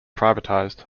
privatised